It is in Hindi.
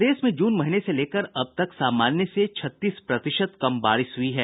प्रदेश में जून महीने से लेकर अब तक सामान्य से छत्तीस प्रतिशत कम बारिश हुई है